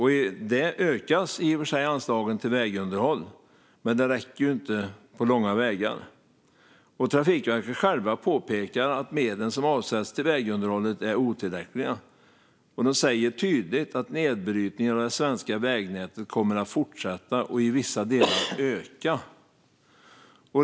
I det ökas i och för sig anslagen till vägunderhåll, men det räcker ju inte på långa vägar. Trafikverket själva påpekar att de medel som avsätts till vägunderhållet är otillräckliga. De säger tydligt att nedbrytningen av det svenska vägnätet kommer att fortsätta och i vissa delar öka.